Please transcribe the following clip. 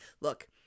look